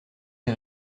des